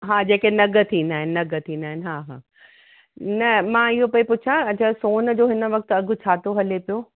हा जेके नग थींदा आहिनि नग थींदा आहिनि हा हा न मां इहो पयी पुछां सोन जो हिन वक्त अघि छा थो हले पियो